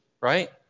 right